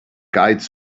guides